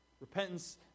Repentance